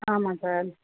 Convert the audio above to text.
ஆமாம் சார்